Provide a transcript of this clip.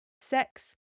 Sex